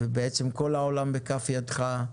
ובעצם כל העולם בכף ידך,